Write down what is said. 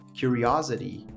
curiosity